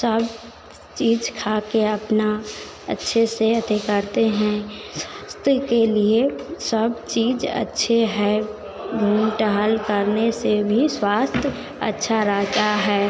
सब चीज़ खाकर अपना अच्छे से अते करते हैं स्वास्थ्य के लिए सब चीज़ अच्छी है घूम टहल करने से भी स्वास्थ्य अच्छा रहता है